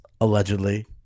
allegedly